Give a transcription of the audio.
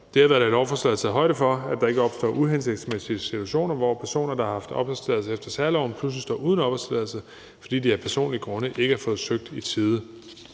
Derfor er der i lovforslaget taget højde for, at der ikke opstår uhensigtsmæssige situationer, hvor personer, der har haft opholdstilladelse efter særloven, pludselig står uden opholdstilladelse, fordi de af personlige grunde ikke har fået søgt i tide.